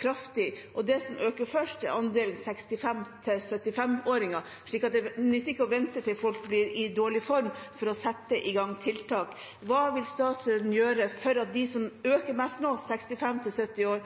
kraftig, og det som øker først, er andelen 65–75-åringer, så det nytter ikke å vente til folk blir i dårlig form med å sette i gang tiltak. Hva vil statsråden gjøre for at den andelen som øker mest nå, 65–75-åringer,